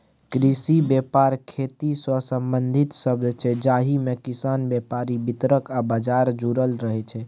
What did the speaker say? कृषि बेपार खेतीसँ संबंधित शब्द छै जाहिमे किसान, बेपारी, बितरक आ बजार जुरल रहय छै